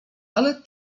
ale